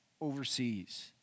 overseas